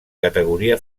categoria